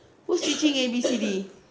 who's teaching A B C D